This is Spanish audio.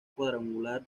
cuadrangular